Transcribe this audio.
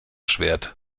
schwert